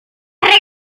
reglas